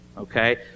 Okay